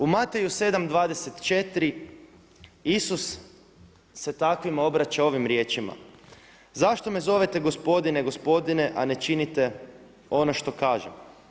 U Mateju 7,24 Isus se takvima obraća ovim riječima: „Zašto me zovete gospodine, gospodine a ne činite ono što kažem?